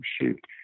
Shoot